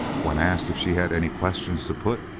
when asked if she had any questions to put,